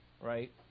right